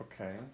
Okay